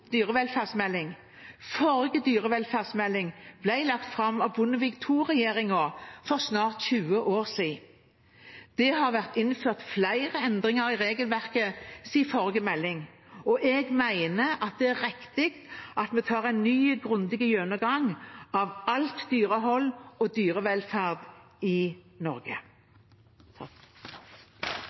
dyrevelferdsmelding. Forrige dyrevelferdsmelding ble lagt fram av Bondevik II-regjeringen, for snart 20 år siden. Det har vært innført flere endringer i regelverket siden forrige melding, og jeg mener det er riktig at vi tar en ny grundig gjennomgang av alt dyrehold og dyrevelferden i Norge.